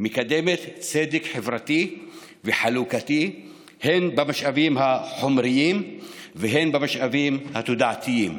ומקדמת צדק חברתי וחלוקתי הן במשאבים החומריים והן במשאבים התודעתיים,